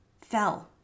Fell